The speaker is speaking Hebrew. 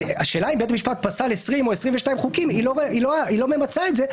השאלה אם בית המשפט פסל 20 או 22 חוקים היא לא ממצה את זה,